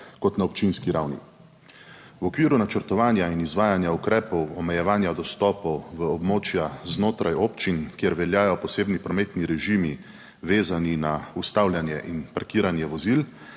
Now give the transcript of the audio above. kot na občinski ravni. V okviru načrtovanja in izvajanja ukrepov omejevanja dostopov v območja znotraj občin, kjer veljajo posebni prometni režimi, vezani na ustavljanje in parkiranje vozil,